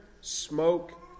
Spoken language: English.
smoke